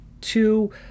two